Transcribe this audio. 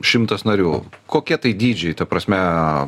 šimtas narių kokie tai dydžiai ta prasme